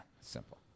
Simple